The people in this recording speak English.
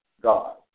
God